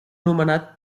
nomenat